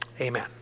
Amen